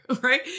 right